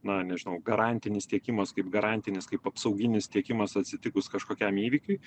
na nežinau garantinis tiekimas kaip garantinis kaip apsauginis tiekimas atsitikus kažkokiam įvykiui